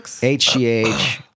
HGH